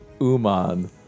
Uman